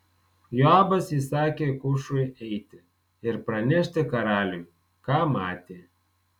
joabas įsakė kušui eiti ir pranešti karaliui ką matė